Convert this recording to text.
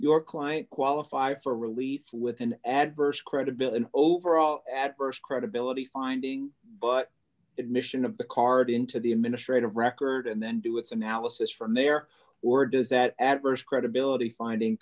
your client qualify for relief with an adverse credibility overall adverse credibility finding but admission of the card into the administrative record and then do its analysis from there or does that adverse credibility finding